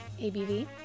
ABV